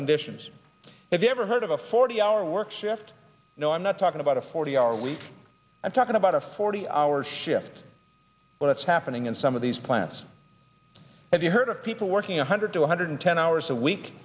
conditions if you ever heard of a forty hour work shift no i'm not talking about a forty hour week i'm talking about a forty hour shift that's happening in some of these plants have you heard of people working one hundred two hundred ten hours a week